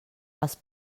els